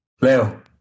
Leo